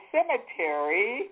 Cemetery